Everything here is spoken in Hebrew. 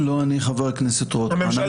לא אני, חבר הכנסת רוטמן, הממשלה.